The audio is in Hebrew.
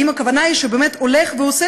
האם הכוונה היא שבאמת הוא הולך ועושה,